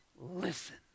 listen